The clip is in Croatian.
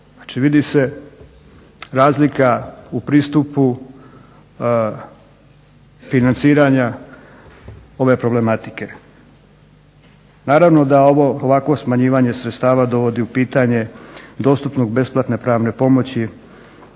Znači vidi se razlika u pristupu financiranja ove problematike. Naravno da ovo ovakvo smanjivanje sredstava dovodi u pitanje dostupnog besplatne pravne pomoći